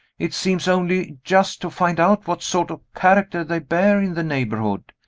it seems only just to find out what sort of character they bear in the neighborhood.